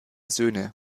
söhne